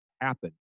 happen